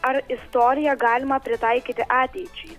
ar istoriją galima pritaikyti ateičiai